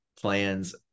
plans